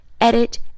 edit